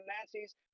Nazis